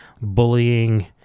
bullying